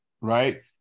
right